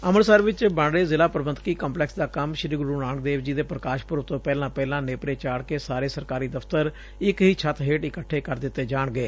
ਅੰਮ੍ਰਿਤਸਰ ਵਿਚ ਬਣ ਰਹੇ ਜਿਲ੍ਹਾ ਪ੍ਰਬੰਧਕੀ ਕੰਪਲੈਕਸ ਦਾ ਕੰਮ ਸ੍ਰੀ ਗੁਰੂ ਨਾਨਕ ਦੇਵ ਜੀ ਦੇ ਪ੍ਰਕਾਸ਼ ਪੁਰਬ ਤੋ ਪਹਿਲਾਂ ਪਹਿਲਾਂ ਨੇਪਰੇ ਚਾੜ ਕੇ ਸਾਰੇ ਸਰਕਾਰੀ ਦਫਤਰ ਇਕ ਹੀ ਛੱਤ ਹੇਠ ਇਕੱਠੇ ਕਰ ਦਿੱਤੇ ਜਾਣਗੇ